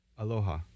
Aloha